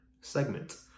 segment